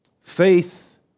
Faith